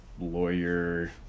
lawyer